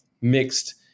mixed